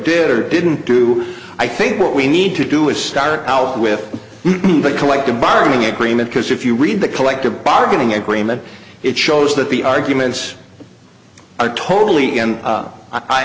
did or didn't do i think what we need to do is start out with a collective bargaining agreement because if you read the collective bargaining agreement it shows that the arguments are totally a